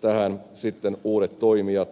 tähän sitten uudet toimijat